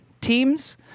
teams